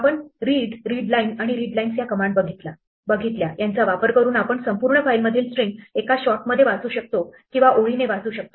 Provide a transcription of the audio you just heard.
आपण read readline आणि readlines या कमांड बघितल्या यांचा वापर करून आपण संपूर्ण फाईल मधील स्ट्रिंग एका शॉट मध्ये वाचू शकतो किंवा ओळीने वाचू शकतो